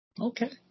Okay